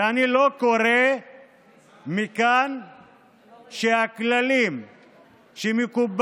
ואני לא קורא מכאן להפר את הכללים שמקובלים